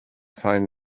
find